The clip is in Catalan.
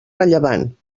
rellevant